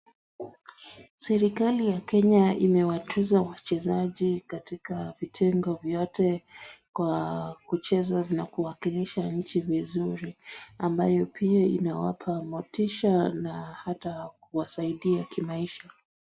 Serikali ya kenya imewatuza wachezaji katika vitengo vyote kwa kucheza na kuwakilisha nchi vizuri ambayo pia inawapa motisha na ata kuwasaidia kimaisha.